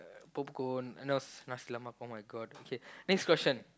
popcorn no nasi lemak oh-my-God okay next question